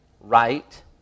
right